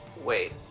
Wait